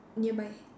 nearby